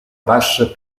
bassa